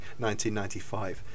1995